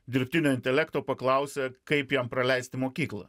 dirbtinio intelekto paklausė kaip jam praleisti mokyklą